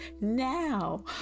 now